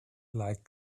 like